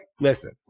listen